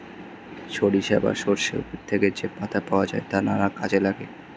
সরিষা বা সর্ষে উদ্ভিদ থেকে যে পাতা পাওয়া যায় তা নানা কাজে লাগে